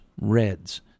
reds